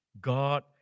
God